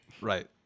Right